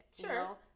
sure